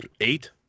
eight